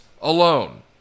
alone